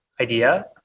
idea